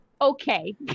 Okay